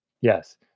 Yes